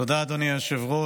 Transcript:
תודה, אדוני היושב-ראש.